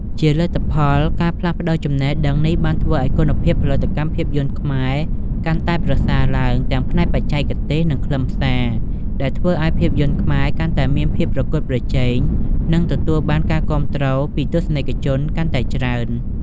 ជាលទ្ធផល ការផ្លាស់ប្តូរចំណេះដឹងនេះបានធ្វើឱ្យគុណភាពផលិតកម្មភាពយន្តខ្មែរកាន់តែប្រសើរឡើង ទាំងផ្នែកបច្ចេកទេស និងខ្លឹមសារ ដែលធ្វើឱ្យភាពយន្តខ្មែរកាន់តែមានភាពប្រកួតប្រជែង និងទទួលបានការគាំទ្រពីទស្សនិកជនកាន់តែច្រើន។